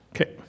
Okay